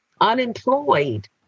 unemployed